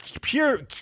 pure